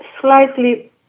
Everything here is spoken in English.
slightly